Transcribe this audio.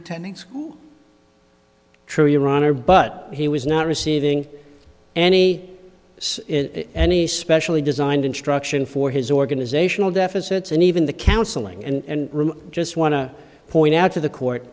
your honor but he was not receiving any any specially designed instruction for his organizational deficits and even the counseling and room just want to point out to the court